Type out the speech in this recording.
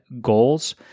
goals